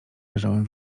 leżałem